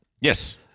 yes